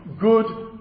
good